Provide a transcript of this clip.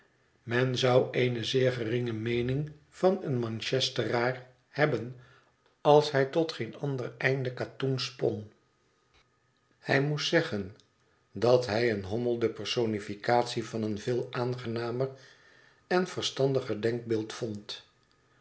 men zou eene zeer geringe meening van een manchesteraar hebben als hij tot geen ander einde katoen spon hij moest zeggen dat hij een hommel de personificatie van een veel aangenamer en verstandiger denkbeeld vond